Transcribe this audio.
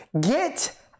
Get